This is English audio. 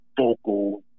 vocal